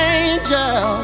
angel